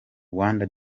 rwanda